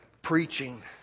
preaching